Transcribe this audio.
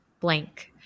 blank